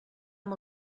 amb